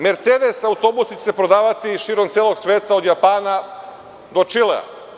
Mercedes autobusi“ će se prodavati širom celog sveta, od Japana do Čilea.